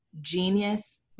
genius